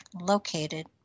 located